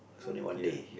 it's only one day